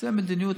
זאת מדיניות.